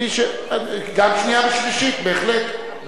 גם שנייה ושלישית, בהחלט.